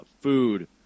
food